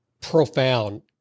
profound